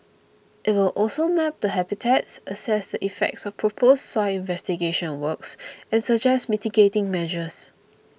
it will also map the habitats assess the effects of proposed soil investigation works and suggest mitigating measures